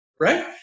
Right